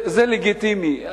זה לגיטימי.